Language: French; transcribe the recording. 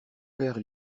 père